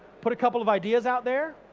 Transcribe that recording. put a couple of ideas out there,